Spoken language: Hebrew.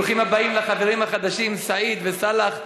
ברוכים הבאים לחברים החדשים: סעיד וסאלח,